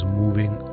moving